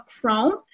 Chrome